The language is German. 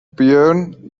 björn